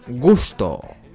Gusto